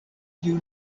kiu